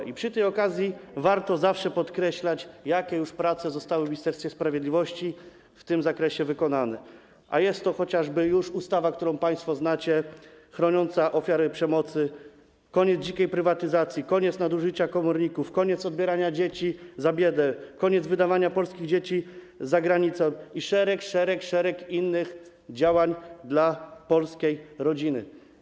I przy tej okazji warto podkreślić, jakie prace zostały już w Ministerstwie Sprawiedliwości w tym zakresie wykonane, a chodzi tu chociażby o ustawę, którą państwo już znacie, chroniąca ofiary przemocy, o koniec dzikiej prywatyzacji, koniec nadużyć komorników, koniec odbierania dzieci za biedę, koniec wydawania polskich dzieci za granicę i o szereg innych działań dla polskiej rodziny.